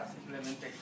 Simplemente